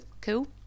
Cool